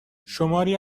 شماری